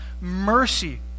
mercy